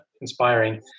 inspiring